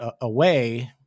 away